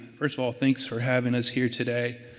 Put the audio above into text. first of all, thanks for having us here today.